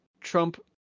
Trump